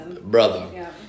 brother